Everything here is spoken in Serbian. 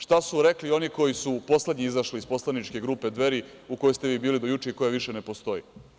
Šta su rekli oni koji su poslednji izašli iz poslaničke grupe Dveri u kojoj ste vi bili do juče i koja više ne postoji.